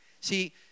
See